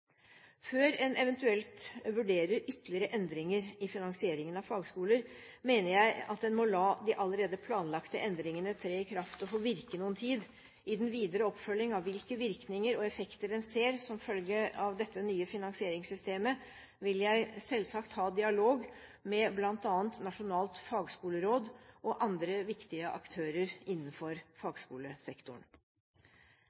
Før en eventuelt vurderer ytterligere endringer i finansieringen av fagskoler, mener jeg at en må la de allerede planlagte endringene tre i kraft og få virke noe tid. I den videre oppfølging av virkninger og effekter av dette nye finansieringssystemet vil jeg selvsagt ha dialog med bl.a. Nasjonalt fagskoleråd og andre viktige aktører innenfor